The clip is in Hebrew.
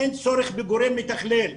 אין צורך בגורם מתכלל,